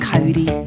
Cody